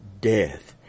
death